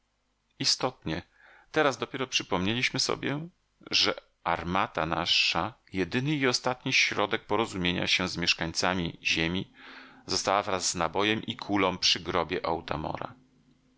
istotnie teraz dopiero przypomnieliśmy sobie że armata nasza jedyny i ostatni środek porozumienia się z mieszkańcami ziemi została wraz z nabojem i kulą przy grobie